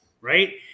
right